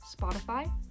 Spotify